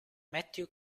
matthew